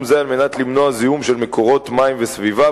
זה על מנת למנוע זיהום של מקורות מים וסביבה.